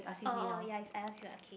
oh oh ya is I ask you ah okay